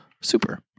Super